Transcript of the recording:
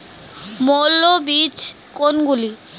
মৌল বীজ কোনগুলি?